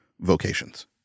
vocations